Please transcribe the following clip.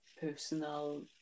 personal